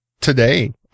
today